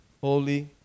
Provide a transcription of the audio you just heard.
holy